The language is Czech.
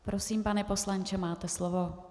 Prosím, pane poslanče, máte slovo.